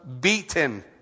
beaten